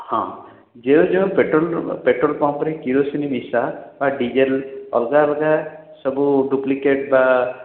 ହଁ ଯେଉଁ ଯେଉଁ ପେଟ୍ରୋଲ୍ ପେଟ୍ରୋଲ୍ ପମ୍ପରେ କିରୋସିନି ମିଶା ବା ଡ଼ିଜେଲ୍ ଅଲଗା ଅଲଗା ସବୁ ଡ଼ୁପ୍ଲିକେଟ୍ ବା